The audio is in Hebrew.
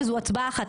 וזו הצבעה אחת,